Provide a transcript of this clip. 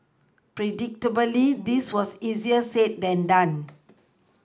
predictably this was easier said than done